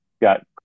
got